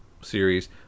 series